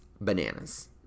bananas